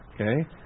Okay